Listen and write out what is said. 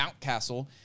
Mountcastle